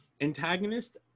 antagonist